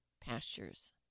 pastures